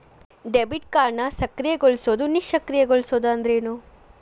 Debit ಕಾರ್ಡ್ನ ಸಕ್ರಿಯಗೊಳಿಸೋದು ನಿಷ್ಕ್ರಿಯಗೊಳಿಸೋದು ಅಂದ್ರೇನು?